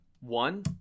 one